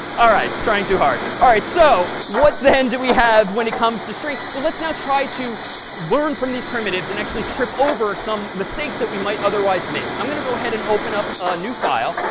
all right, it's trying too hard. all right. so what then do we have when it comes to strings? well, let's now try to learn from these primitives and actually trip over some mistakes that we might otherwise make. i'm going to go ahead and open up a new file.